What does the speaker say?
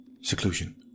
seclusion